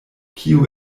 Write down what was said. kio